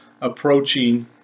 approaching